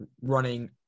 running